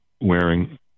wearing